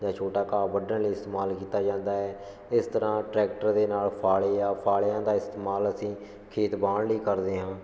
ਜਾਂ ਛੋਟਾ ਘਾਹ ਵੱਡਣ ਲਈ ਇਸਤੇਮਾਲ ਕੀਤਾ ਜਾਂਦਾ ਹੈ ਇਸ ਤਰ੍ਹਾਂ ਟਰੈਕਟਰ ਦੇ ਨਾਲ਼ ਫਾਲ਼ੇ ਆ ਫਾਲ਼ਿਆਂ ਦਾ ਇਸਤੇਮਾਲ ਅਸੀਂ ਖੇਤ ਵਾਹੁਣ ਲਈ ਕਰਦੇ ਹਾਂ